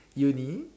uni